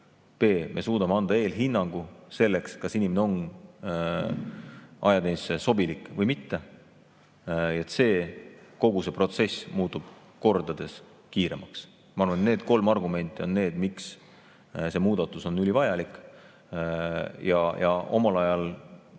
me suudame anda eelhinnangu, kas inimene on ajateenistusse sobilik või mitte, ja kogu see protsess muutub kordades kiiremaks. Ma arvan, et need on kolm argumenti, miks see muudatus on ülivajalik. Omal ajal